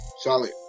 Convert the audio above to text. Solid